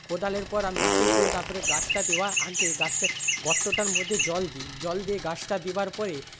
কোদালের পর আমি মাটি খুঁড়ি তারপরে গাছটা দেওয়ার আগে গাছটা গর্তটার মধ্যে জল দিই জল দিয়ে গাছটা দেওয়ার পরে